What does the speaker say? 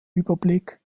überblick